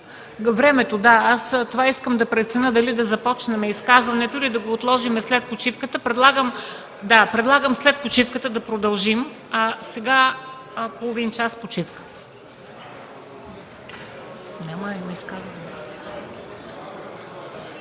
Вие ли вдигнахте ръка? Искам да преценя дали да започнем изказването, или да го отложим след почивката. Предлагам след почивката да продължим, а сега половин час почивка.